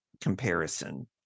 comparison